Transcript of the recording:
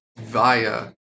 via